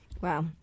Wow